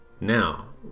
now